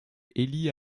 élie